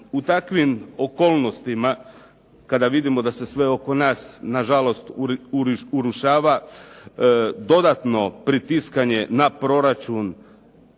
u takvim okolnosti kada vidimo da se sve oko nas nažalost urušava, dodatno pritiskanje na proračun,